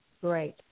Great